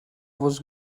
was